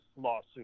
lawsuit